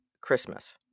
Christmas